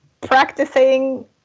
practicing